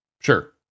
sure